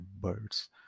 birds